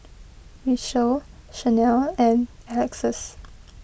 Rachelle Shanell and Alexus